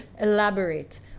elaborate